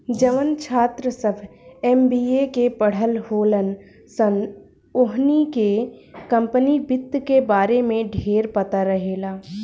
जवन छात्र सभ एम.बी.ए के पढ़ल होलन सन ओहनी के कम्पनी वित्त के बारे में ढेरपता रहेला